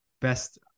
best